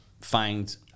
find